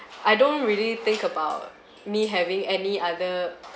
I don't really think about me having any other